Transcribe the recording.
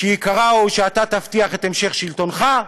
שעיקרה הוא שאתה תבטיח את המשך שלטונך,